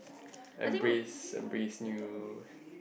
embrace embrace new